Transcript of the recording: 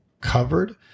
covered